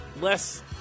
less